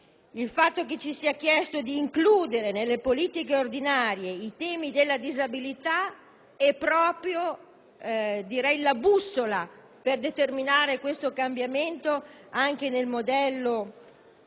Il fatto che ci sia chiesto di includere nelle politiche ordinarie i temi della disabilità è proprio la bussola per determinare questo cambiamento anche nel modello